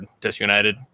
disunited